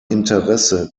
interesse